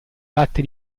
latte